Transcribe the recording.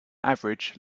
average